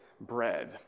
bread